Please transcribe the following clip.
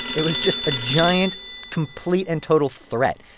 it was just a giant complete and total threat.